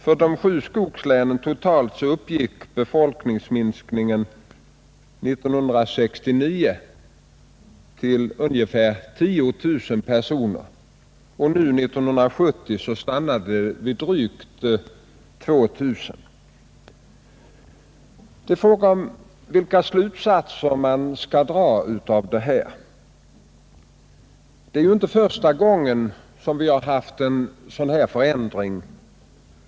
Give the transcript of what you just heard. För de sju skogslänen totalt uppgick folkminskningen 1969 till ungefär 10 000 personer och 1970 stannade den vid drygt 2 000. Frågan är vilka slutsatser man kan dra därav. Det är inte första gången som vi har haft en sådan förändring.